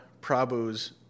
Prabhu's